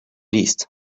least